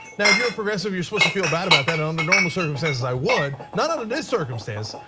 now if you're a progressive you're supposed to feel bad about that under normal circumstances. i would not not in this circumstance,